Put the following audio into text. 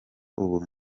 ubu